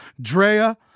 Drea